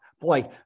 boy